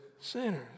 sinners